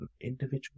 individual